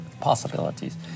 Possibilities